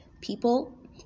people